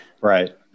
Right